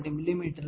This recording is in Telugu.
1 మిమీ నుండి 0